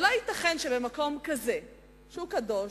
אבל לא ייתכן שבמקום כזה שהוא קדוש,